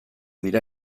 dira